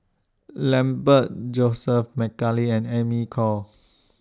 Lambert Joseph Mcnally and Amy Khor